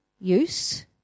Use